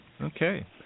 Okay